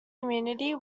community